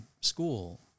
school